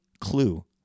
clue